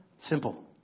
Simple